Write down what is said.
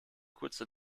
kurze